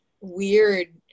weird